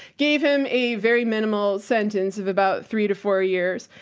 gave him a very minimal sentence of about three to four years.